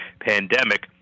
pandemic